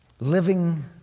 living